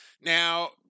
Now